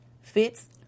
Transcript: Fits